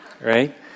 right